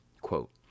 Quote